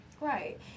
Right